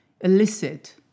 elicit